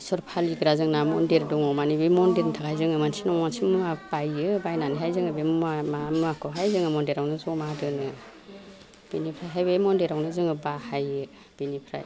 इसर फालिग्रा जोंना मन्दिर दङ मानि बे मन्दिरनि थाखाय जोङो मोनसे नङा मोनसे मुवा बाइयो बायनानैहाय जोङो बे मुवा मा मुवाखौहाय जोङो मन्दिरावनो जमा दोनो बेनिफ्रायहाय बे मन्दिरावनो जोङो बाहायो बेनिफ्राय